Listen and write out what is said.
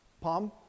Palm